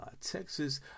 Texas